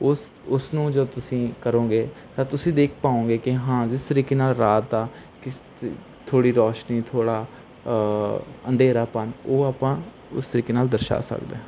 ਉਸ ਉਸ ਨੂੰ ਜਦੋਂ ਤੁਸੀਂ ਕਰੋਂਗੇ ਤਾਂ ਤੁਸੀਂ ਦੇਖ ਪਾਉਂਗੇ ਕਿ ਹਾਂ ਜਿਸ ਤਰੀਕੇ ਨਾਲ ਰਾਤ ਆ ਕਿਸ ਥੋੜ੍ਹੀ ਰੋਸ਼ਨੀ ਥੋੜ੍ਹਾ ਅੰਧੇਰਾਪਨ ਉਹ ਆਪਾਂ ਉਸ ਤਰੀਕੇ ਨਾਲ ਦਰਸਾ ਸਕਦੇ ਹਾਂ